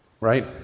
right